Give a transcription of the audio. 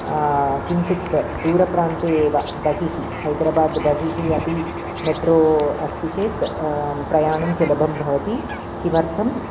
किञ्चित् दूरप्रान्ते एव बहिः हैद्रबाद् बहिः अपि मेट्रो अस्ति चेत् प्रयाणं सुलभं भवति किमर्थं